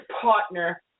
partner